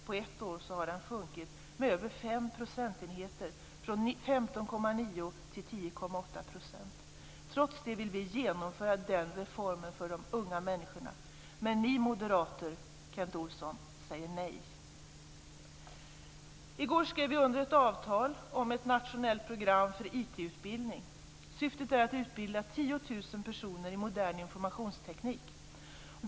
På ett år har den sjunkit med över fem procentenheter från 15,9 till 10,8 %. Trots det vill vi genomföra den reformen för de unga människorna. Men ni moderater säger nej, Kent Olsson. I går skrev vi under ett avtal om ett nationellt program för IT-utbildning. Syftet är att utbilda 10 000 personer i modern informationsteknik.